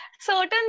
certain